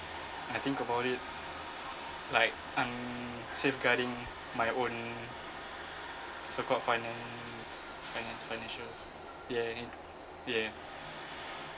I think about it like I'm safeguarding my own so called finance finance financial yeah yeah